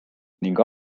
ning